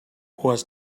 was